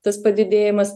tas padidėjimas